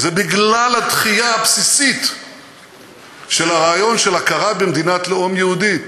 זה הדחייה הבסיסית של הרעיון של הכרה במדינת לאום יהודי.